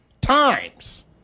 times